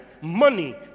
money